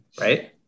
right